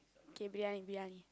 K briyani briyani